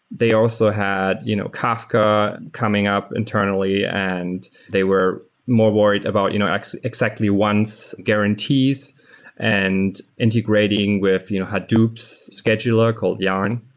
they also had you know kafka coming up internally and they were more worried about you know exactly once guarantees and integrating with you know hadoop's scheduler called yarn.